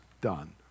done